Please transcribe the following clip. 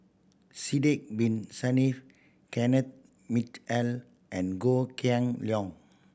Sidek Bin Saniff Kenneth Mitchell and Goh Kheng Long